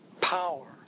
power